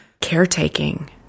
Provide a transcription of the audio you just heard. caretaking